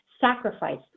sacrifice